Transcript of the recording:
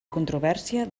controvèrsia